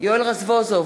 יואל רזבוזוב,